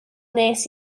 wnes